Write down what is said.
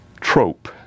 trope